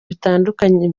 bitandukanye